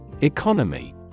Economy